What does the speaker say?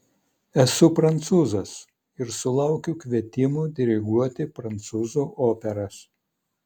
esu prancūzas ir sulaukiu kvietimų diriguoti prancūzų operas